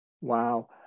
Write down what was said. Wow